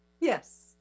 Yes